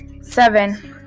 seven